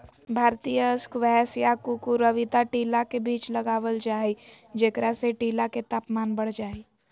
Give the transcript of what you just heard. भारतीय स्क्वैश या कुकुरविता टीला के बीच लगावल जा हई, जेकरा से टीला के तापमान बढ़ जा हई